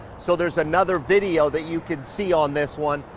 so there's another video that you can see on this one,